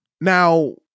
Now